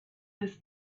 his